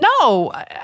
No